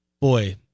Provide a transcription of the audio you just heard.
Boy